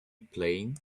playing